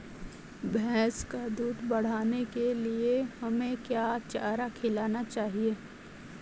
भैंस का दूध बढ़ाने के लिए हमें क्या चारा खिलाना चाहिए?